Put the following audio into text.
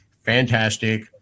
Fantastic